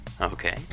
Okay